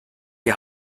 die